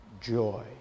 joy